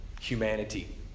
humanity